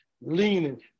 leaning